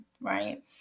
right